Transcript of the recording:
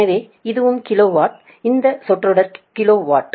எனவே இதுவும் kilowatt இந்த சொற்றொடரும் கிலோ வாட்